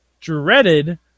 dreaded